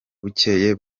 bukeye